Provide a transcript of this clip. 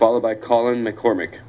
followed by calling mccormick